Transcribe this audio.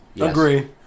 Agree